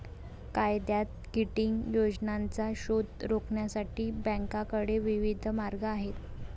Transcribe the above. कायद्यात किटिंग योजनांचा शोध रोखण्यासाठी बँकांकडे विविध मार्ग आहेत